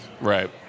Right